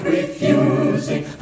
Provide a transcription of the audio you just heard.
Refusing